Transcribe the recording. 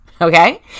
okay